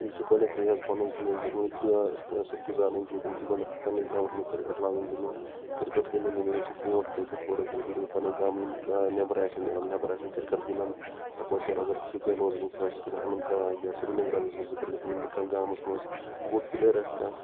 تٔمِس چھِ گۄڈٕنیٚتھٕے حظ پَنٕنۍ زِنٛدگِی اتھ سۭتۍ گُزارٕنۍ کہِ أمِس چھِ گۄڈٕنیٚتھ پَننس گامَس منٛز کِرکَٹ لاگُن گِنٛدُن کِرکَٹ گِندان گِندان ییٚلہِ سُہ بُرونٛٹھ پَکہِ تھوڑا بِہُت ییٚلہِ تٔمِس پنٕنۍ گامَن یِم نؠبَرٕ آسہِ نیران نؠبرٕ آسَن کِرکَٹ گِنٛدان سَپوز کَر اَگر بہٕ شپین روزان ژٕ آسکھ اَنٛنت ناگ یا سِریٖنَگر آسہِ گِنٛدُن کِرکَٹ گِنٛدنہٕ کانٛہہ گامَس منٛز بوٚڑ پٕلیر آسہِ کانٛہہ